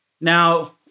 Now